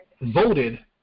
voted